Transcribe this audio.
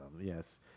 Yes